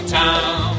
town